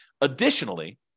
Additionally